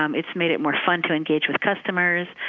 um it's made it more fun to engage with customers.